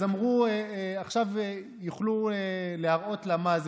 אז אמרו: עכשיו יוכלו להראות לה מה זה,